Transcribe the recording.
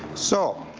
so,